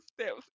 steps